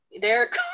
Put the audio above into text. Derek